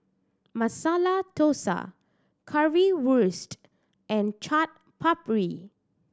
Masala Dosa Currywurst and Chaat Papri